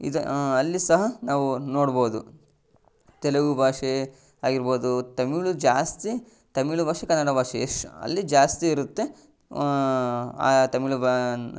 ಇದು ಅಲ್ಲಿ ಸಹ ನಾವು ನೋಡ್ಬೋದು ತೆಲುಗು ಭಾಷೆ ಆಗಿರ್ಬೋದು ತಮಿಳ್ ಜಾಸ್ತಿ ತಮಿಳ್ ಭಾಷೆ ಕನ್ನಡ ಭಾಷೆ ಎಷ್ಟು ಅಲ್ಲಿ ಜಾಸ್ತಿ ಇರುತ್ತೆ ಆ ತಮಿಳ್ ಬಾ